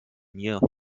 mir